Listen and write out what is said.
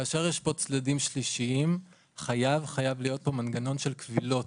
כשיש פה צדדים שלישיים חייב להיות פה מנגנון קבילות,